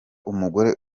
umugore